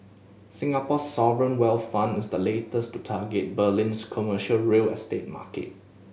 Singapore's sovereign wealth fund is the latest to target Berlin's commercial real estate market